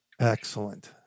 Excellent